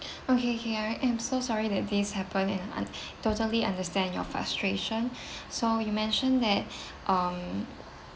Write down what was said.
okay ~ K I am so sorry that this happen and un~ totally understand your frustration so you mentioned that um